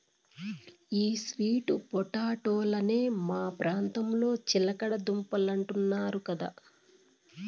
ఈ స్వీట్ పొటాటోలనే మా ప్రాంతంలో చిలకడ దుంపలంటున్నారు కదా